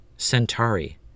centauri